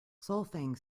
solfaing